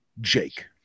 Jake